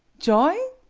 joy!